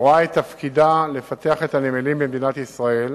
רואה את תפקידה לפתח את הנמלים במדינת ישראל